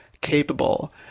capable